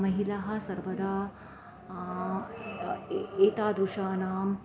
महिलाः सर्वदा एतादृशानाम्